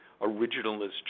originalist